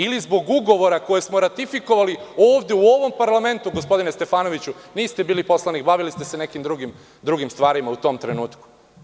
Ili zbog ugovora koje smo ratifikovali ovde u ovom parlamentu gospodine Stefanoviću, niste bili poslanik, bavili ste se nekim drugim stvarima u tom trenutku.